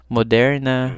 Moderna